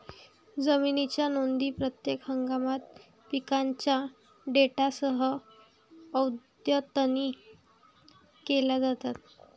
जमिनीच्या नोंदी प्रत्येक हंगामात पिकांच्या डेटासह अद्यतनित केल्या जातात